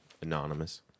Anonymous